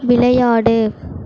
விளையாடு